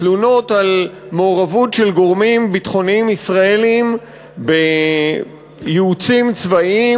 תלונות על מעורבות של גורמים ביטחוניים ישראליים בייעוצים צבאיים,